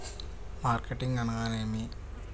Marketing అనగానేమి?